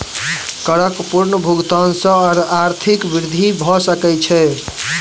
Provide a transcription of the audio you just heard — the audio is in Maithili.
करक पूर्ण भुगतान सॅ आर्थिक वृद्धि भ सकै छै